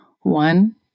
one